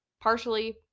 partially